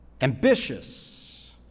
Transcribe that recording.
ambitious